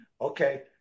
Okay